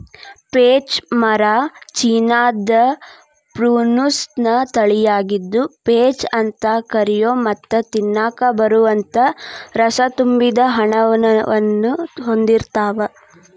peach ಮರ ಚೇನಾದ Prunus ನ ತಳಿಯಾಗಿದ್ದು, ಪೇಚ್ ಅಂತ ಕರಿಯೋ ಮತ್ತ ತಿನ್ನಾಕ ಬರುವಂತ ರಸತುಂಬಿದ ಹಣ್ಣನ್ನು ಹೊಂದಿರ್ತಾವ